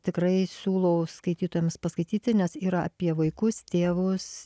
tikrai siūlau skaitytojams paskaityti nes yra apie vaikus tėvus